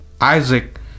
Isaac